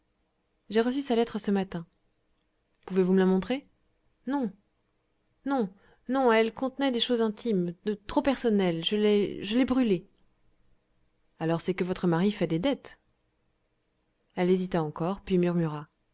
j'ai reçu sa lettre ce matin pouvez-vous me la montrer non non non elle contenait des choses intimes trop personnelles je l'ai je l'ai brûlée alors c'est que votre mari fait des dettes elle hésita encore puis